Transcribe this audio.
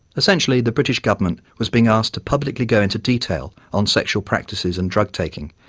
essentially, the british government was being asked to publicly go into detail on sexual practices and drug taking,